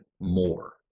more